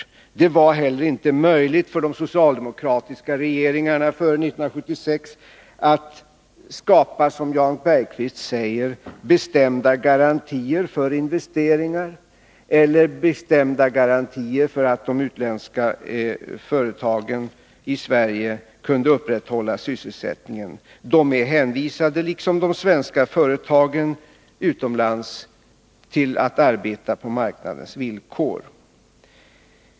Det var heller inte möjligt för de socialdemokratiska regeringarna före 1976 att skapa, som Jan Bergqvist säger, bestämda garantier för investeringar eller bestämda garantier för att de utländska företagen i Sverige kunde upprätthålla sysselsättningen. De är, liksom de svenska företagen utomlands, hänvisade till att arbeta på marknadens villkor.